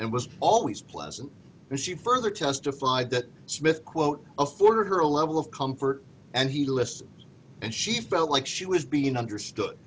and was always pleasant and she further testified that smith quote afforded her a level of comfort and he lists and she felt like she was being understood